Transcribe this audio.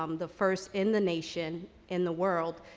um the first in the nation, in the world,